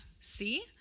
see